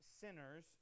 sinners